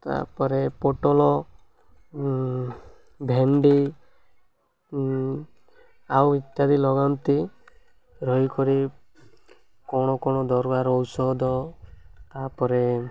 ତା'ପରେ ପୋଟଲ ଭେଣ୍ଡି ଆଉ ଇତ୍ୟାଦି ଲଗାନ୍ତି ରହିକରି କ'ଣ କ'ଣ ଦରବାର ଔଷଧ ତା'ପରେ